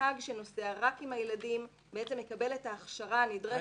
שהנהג שנוסע עם הילדים יקבל את ההכשרה הנדרשת של מלווה.